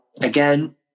again